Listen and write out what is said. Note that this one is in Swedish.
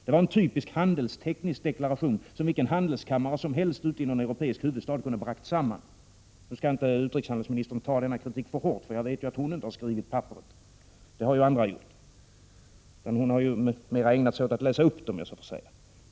Det var en typisk handelsteknisk deklaration, som vilken handelskammare som helst ute i någon europeisk huvudstad kunde ha bragt samman. Nu skall inte utrikeshandelsministern ta denna kritik för hårt, för jag vet att hon inte har skrivit papperet — det har ju andra gjort — utan mera har ägnat sig åt att läsa upp det.